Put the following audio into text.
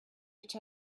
each